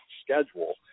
schedule